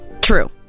True